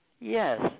Yes